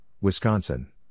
Wisconsin